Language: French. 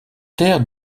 terre